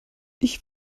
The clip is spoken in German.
ich